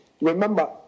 Remember